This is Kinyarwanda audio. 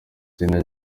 sina